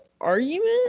argument